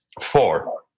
Four